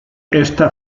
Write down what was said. ésta